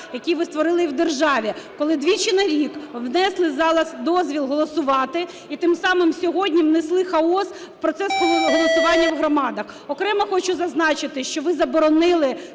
який ви створили в державі, коли двічі на рік внесли з залу дозвіл голосувати і тим самим сьогодні внесли хаос в процес голосування в громадах. Окремо хочу зазначити, що ви заборонили